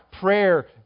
prayer